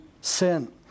sin